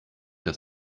dass